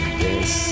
yes